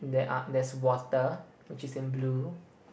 there are there's water which is in blue